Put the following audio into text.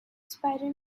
spider